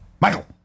Michael